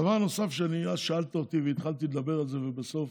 דבר נוסף שאז שאלת אותי, והתחלתי לדבר על זה ובסוף